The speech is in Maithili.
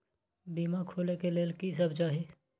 बीमा खोले के लेल की सब चाही?